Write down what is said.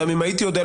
גם אם הייתי יודע,